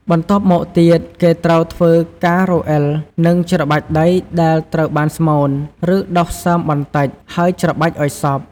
បន្ទាប់មកទៀតគេត្រូវធ្វើការរអិលនិងច្របាច់ដីដែលត្រូវបានស្មូន ឬដុសសើមបន្តិច ហើយច្របាច់ឲ្យសព្វ។